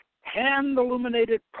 hand-illuminated